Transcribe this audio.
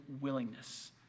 willingness